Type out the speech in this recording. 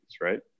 right